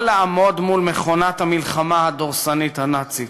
לעמוד מול מכונת המלחמה הדורסנית הנאצית.